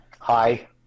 Hi